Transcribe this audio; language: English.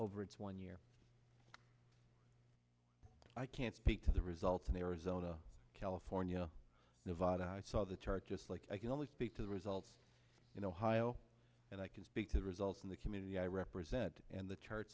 over it's one year i can't speak to the results in arizona california nevada i saw the chart just like i can only speak to the results in ohio and i can speak to the results in the community i represent and the chart